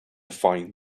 find